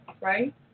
right